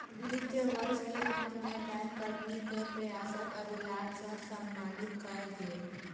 वित्तीय वर्ष के अंत में बैंक कर्मी के प्रयासक अधिलाभ सॅ सम्मानित कएल गेल